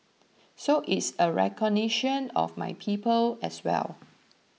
so it's a recognition of my people as well